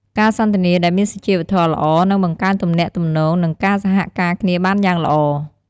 ការសន្ទនាដែលមានសុជីវធម៌ល្អ នឹងបង្កើនទំនាក់ទំនង និងការសហការគ្នាបានយ៉ាងល្អ។